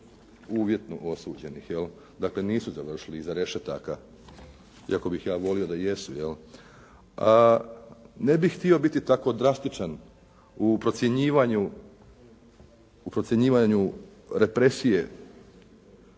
uvjetno osuđenih, je li, dakle nisu završili iza rešetaka, iako bih ja volio da jesu. Ne bih htio biti tako drastičan u procjenjivanju represije